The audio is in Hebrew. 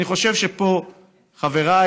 אני חושב שפה חבריי,